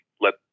let